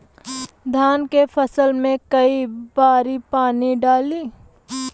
धान के फसल मे कई बारी पानी डाली?